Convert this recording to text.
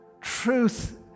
truth